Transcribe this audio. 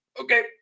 okay